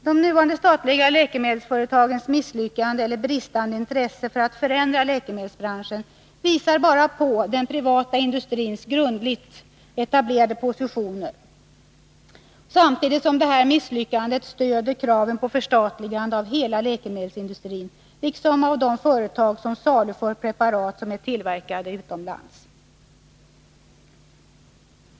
De nuvarande statliga läkemedelsföretagens misslyckande eller bristande intresse att förändra läkemedelsbranschen visar bara på den privata industrins grundligt etablerade positioner, samtidigt som detta misslyckande stöder kraven på förstatligande av hela läkemedelsindustrin liksom av de företag som saluför preparat tillverkade utomlands.